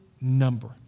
number